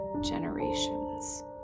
generations